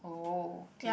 okay